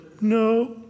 no